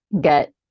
get